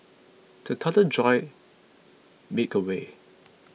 the thunder jolt me awake